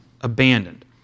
abandoned